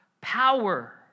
power